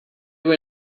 were